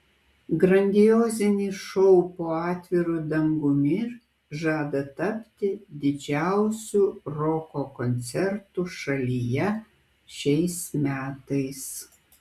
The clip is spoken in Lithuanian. grandiozinis šou po atviru dangumi žada tapti didžiausiu roko koncertu šalyje šiais metais